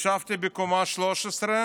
ישבתי בקומה 13,